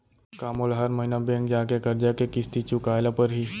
का मोला हर महीना बैंक जाके करजा के किस्ती चुकाए ल परहि?